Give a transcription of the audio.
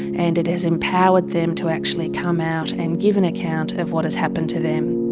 and it has empowered them to actually come out and and give an account of what has happened to them.